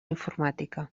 informàtica